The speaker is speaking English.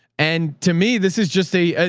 and to me, this is just a,